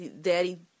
Daddy